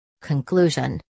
Conclusion